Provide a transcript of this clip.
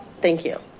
thank you.